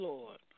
Lord